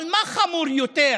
אבל מה חמור יותר,